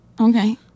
Okay